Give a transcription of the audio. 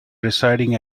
residing